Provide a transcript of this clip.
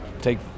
take